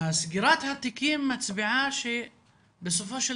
סגירת התיקים מצביעה על כך שבסופו של